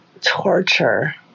torture